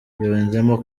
yunzemo